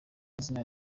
izina